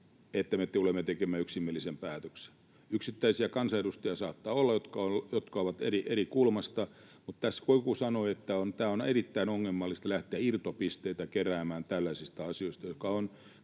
että me tulemme tekemään yksimielisen päätöksen. Yksittäisiä kansanedustajia saattaa olla, jotka katsovat asiaa eri kulmasta, mutta kuten tässä joku sanoi, on erittäin ongelmallista lähteä irtopisteitä keräämään tällaisesta asiasta,